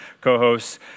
co-hosts